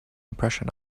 impression